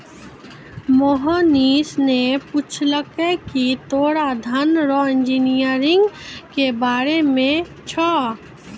मोहनीश ने पूछलकै की तोरा धन रो इंजीनियरिंग के बारे मे छौं?